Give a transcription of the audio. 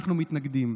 אנחנו מתנגדים.